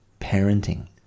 parenting